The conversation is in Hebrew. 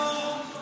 חנוך,